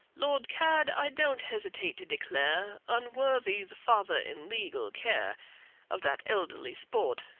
lord cadde i don't hesitate to declare unworthy the father-in-legal care of that elderly sport,